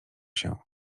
się